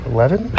Eleven